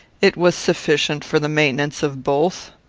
it was sufficient for the maintenance of both.